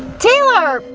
taylor!